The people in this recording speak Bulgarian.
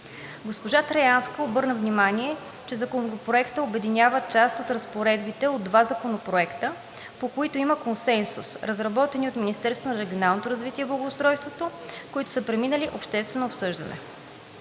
Госпожа Траянска обърна внимание, че Законопроектът обединява част от разпоредбите от два законопроекта, по които има консенсус, разработени от Министерството на регионалното развитие и благоустройството, които са преминали обществено обсъждане.